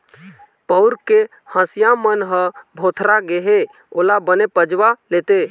पउर के हँसिया मन ह भोथरा गे हे ओला बने पजवा लेते